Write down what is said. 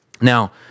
Now